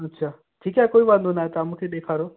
अच्छा ठीकु आहे कोई वांदो न आहे तव्हां मूंखे ॾेखारियो